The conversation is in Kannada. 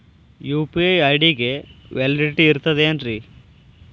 ಯು.ಪಿ.ಐ ಐ.ಡಿ ಗೆ ವ್ಯಾಲಿಡಿಟಿ ಇರತದ ಏನ್ರಿ?